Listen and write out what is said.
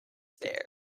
there